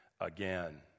again